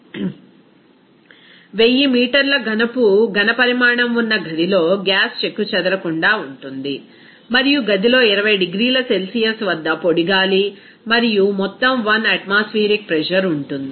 refer slide టైం3726 1000 మీటర్ల ఘనపు ఘనపరిమాణం ఉన్న గదిలో గ్యాస్ చెక్కుచెదరకుండా ఉంటుంది మరియు గదిలో 20 డిగ్రీల సెల్సియస్ వద్ద పొడి గాలి మరియు మొత్తం 1 అట్మాస్ఫియరిక్ ప్రెజర్ ఉంటుంది